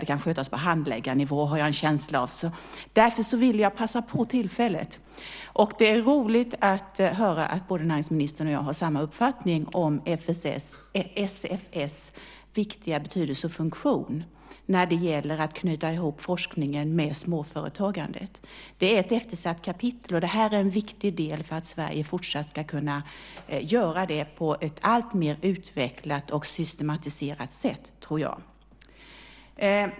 Det kan skötas på handläggarnivå, har jag en känsla av. Därför ville jag passa på tillfället. Det är roligt att höra att näringsministern och jag har samma uppfattning om FSF:s stora betydelse och viktiga funktion när det gäller att knyta ihop forskningen med småföretagandet. Det är ett eftersatt kapitel. Det här är en viktig del för att Sverige fortsatt ska kunna göra det på ett alltmer utvecklat och systematiserat sätt, tror jag.